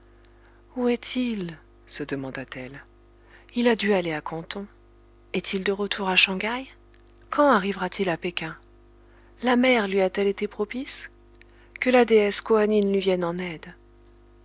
où est-il se demanda-t-elle il a dû aller à canton est-il de retour à shang haï quand arrivera-t-il à péking la mer lui a telle été propice que la déesse koanine lui vienne en aide